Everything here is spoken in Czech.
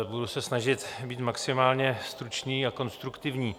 Budu se snažit být maximálně stručný a konstruktivní.